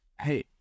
hey